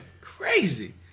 crazy